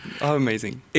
Amazing